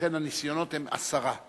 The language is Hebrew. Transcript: ולכן הניסיונות הם עשרה.